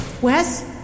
Wes